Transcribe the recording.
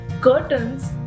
curtains